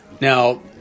Now